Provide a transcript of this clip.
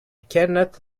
cannot